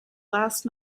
last